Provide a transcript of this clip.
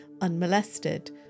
unmolested